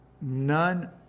None